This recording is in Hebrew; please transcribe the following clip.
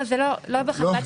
לא, זה לא בחלקה תקציבית.